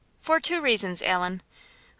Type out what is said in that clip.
for two reasons, allan.